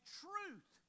truth